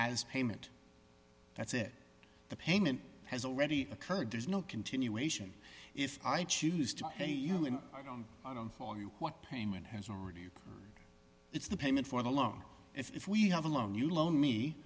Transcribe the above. as payment that's it the payment has already occurred there's no continuation if i choose to pay you and i don't i don't for you what payment has already it's the payment for the loan if we have a loan you loan me